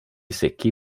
secchi